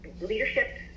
leadership